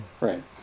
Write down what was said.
Right